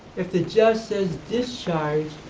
if the judge says discharge,